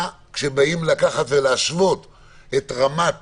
כשבאים לקחת ולהשוות את רמת